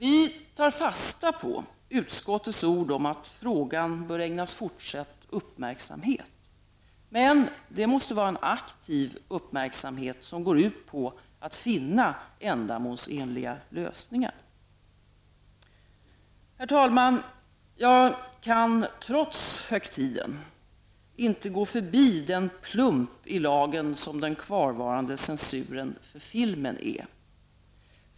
Vi tar fasta på utskottets ord om att frågan bör ägnas fortsatt uppmärksamhet. Men det måste vara en aktiv uppmärksamhet, som går ut på att finna ändamålsenliga lösningar. Herr tamlan! Jag kan, trots högtiden, inte gå förbi den plump i lagen som den kvarvarande censuren för filmen är.